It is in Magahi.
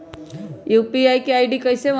यू.पी.आई के आई.डी कैसे बनतई?